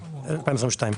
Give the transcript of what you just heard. התשפ"ג-2022 אושר.